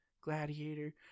Gladiator